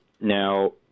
Now